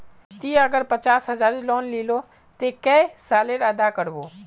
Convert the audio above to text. ती अगर पचास हजारेर लोन लिलो ते कै साले अदा कर बो?